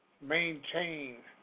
maintain